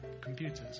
computers